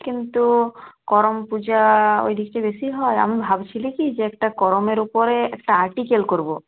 কিন্তু করম পূজা ওইদিকটায় বেশি হয় আমি ভাবছিলাম কি যে একটা করমের উপরে একটা আর্টিকেল করব